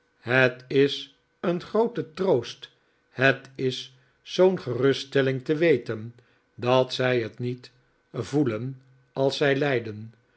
het is een groote troost het is zoo'n geruststelling te weten dat zij het niet voelen als zij lijden